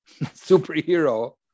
superhero